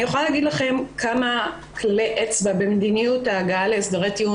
אני רוצה לומר כמה מילים גם על התיק שיושב-ראש הוועדה